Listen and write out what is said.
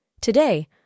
Today